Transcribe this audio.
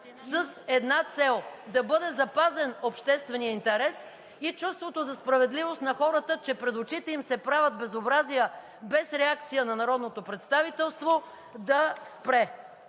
една цел – да бъде запазен общественият интерес и чувството за справедливост на хората, че пред очите им се правят безобразия без реакция на народното представителство да спре.